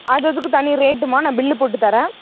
அதுததுக்கு தனி ரேட்டும்மா நான் பில்லு போட்டு தரேன்